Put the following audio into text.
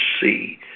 see